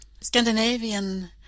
Scandinavian